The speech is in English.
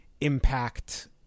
impact